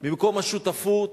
במקום השותפות,